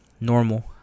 normal